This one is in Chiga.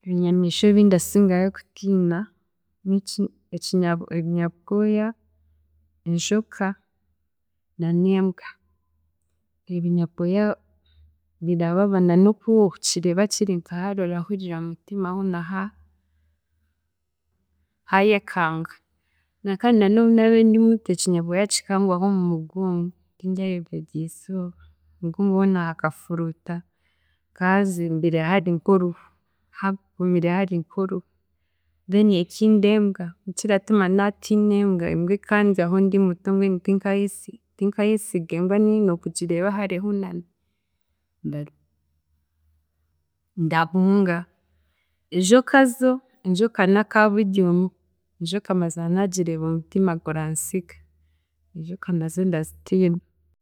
Ebinyamiishwa ebindasiingayo kutiina niki ekinyabwo ebinyabwoya, enjoka na n'embwa. Ebinyabwoya birababa na n'obu waakukireeba kiri nka hari orahurira omu mutima hoona ha haayekanga. Kandi n'obu naabiire ndi muto ekinyabwoya kikangwaho omu mugongo tindyayebwa eryizooba omu mugongo hoona hakafuruuta, hakaahazimbire hari nk'oruho, hagumire hari nk'oruhu. Then ekindi embwa, ekiratuma naatiina embwa, embwa ekandyaho ndimuto mbwenu tinkaayesi tinkaayesiga embwa nehi naakuugireeba hari ehunami ndagi ndahunga. Enjoka zo, enjoka n'aka buryomwe, enjoka mazima naagireeba omutima guransiga, enjoka nazo ndazitiina.